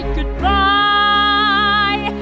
Goodbye